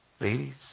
ladies